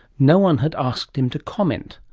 no one had asked him to comment.